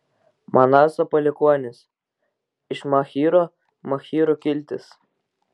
manaso palikuonys iš machyro machyrų kiltis